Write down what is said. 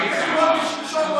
סליחה.